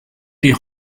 die